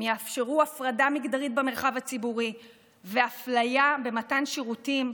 הם יאפשרו הפרדה מגדרית במרחב הציבורי ואפליה במתן שירותים,